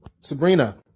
Sabrina